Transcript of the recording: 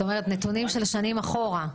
נתונים של שנים אחורה.